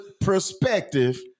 perspective